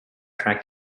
trek